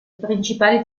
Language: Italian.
principali